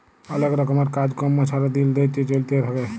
অলেক রকমের কাজ কম্ম ছারা দিল ধ্যইরে চইলতে থ্যাকে